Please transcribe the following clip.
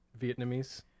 Vietnamese